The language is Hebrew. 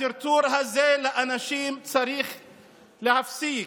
הטרטור הזה של אנשים צריך להיפסק.